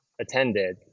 attended